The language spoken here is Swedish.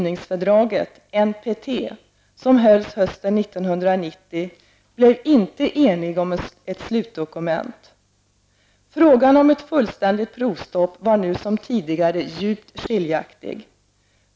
NPT, som hölls hösten 1990 blev inte enig om ett slutdokument. Meningarna i frågan om ett fullständigt provstopp var nu som tidigare djupt skiljaktiga.